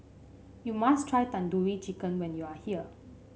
you must try Tandoori Chicken when you are here